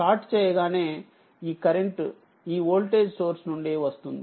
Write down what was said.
short చేయగానే ఈ current ఈ వోల్టేజ్ సోర్స్ నుండివస్తుంది